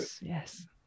Yes